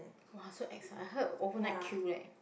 !wah! so ex I heard overnight queue leh